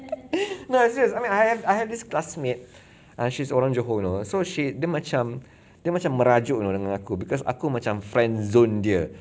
no I'm serious I mean I I have I have this classmate she's orang johor you know so she dia macam dia macam merajuk you know dengan aku because aku macam friend zone dia